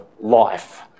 life